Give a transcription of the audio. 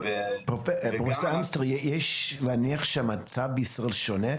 פרופסור אמסטר, אני מניח שהמצב בישראל שונה.